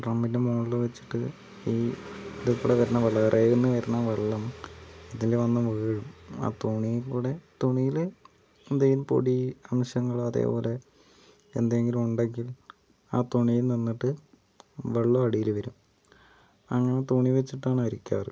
ഡ്രമ്മിൻ്റെ മുകളില് വച്ചിട്ട് ഈ വരണ വെള്ളം ട്രേയിന്ന് വരുന്ന വെള്ളം ഇതില് വന്ന് വീഴും ആ തുണിക്കൂടെ തുണീല് എന്ത് ചെയ്യും പൊടി അംശങ്ങളും അതേപോലെ എന്തെങ്കിലും ഉണ്ടെങ്കിൽ ആ തുണിയിൽ നിന്നിട്ട് വെള്ളം അടീല് വരും അങ്ങനെ തുണി വെച്ചിട്ടാണ് അരിക്കാറ്